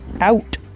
out